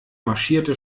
marschierte